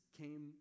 came